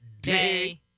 Day